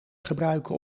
gebruiken